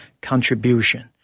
contribution